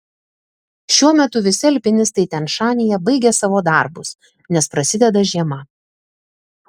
šiuo metu visi alpinistai tian šanyje baigė savo darbus nes prasideda žiema